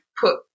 put